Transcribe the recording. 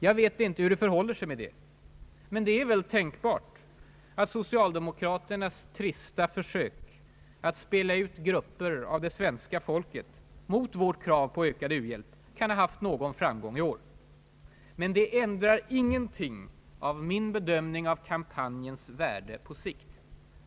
Jag vet inte hur det förhåller sig med det. Men det är väl tänkbart att socialdemokraternas trista försök att spela ut grupper av det svenska folket mot vårt krav på ökad u-hjälp kan ha haft någon framgång i år. Det ändrar dock ingenting i min bedömning av kampanjens värde på sikt.